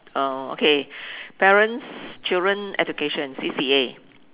uh okay parents children education C_C_A